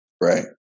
Right